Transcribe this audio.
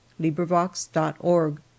LibriVox.org